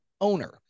owner